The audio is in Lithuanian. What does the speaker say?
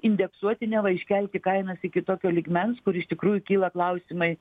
indeksuoti neva iškelti kainas iki tokio lygmens kur iš tikrųjų kyla klausimai